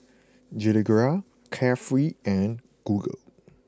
Gilera Carefree and Google